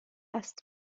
است